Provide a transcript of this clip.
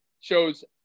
shows